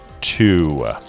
two